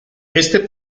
este